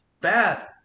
Bad